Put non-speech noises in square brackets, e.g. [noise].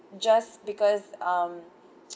just because um [noise]